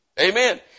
Amen